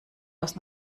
aus